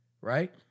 Right